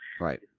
Right